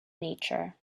nature